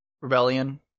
rebellion